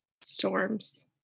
storms